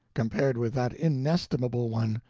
compared with that inestimable one,